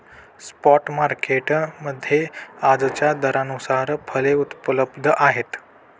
spot market मध्ये आजच्या दरानुसार फळे उपलब्ध आहेत